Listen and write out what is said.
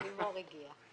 לימור הגיעה.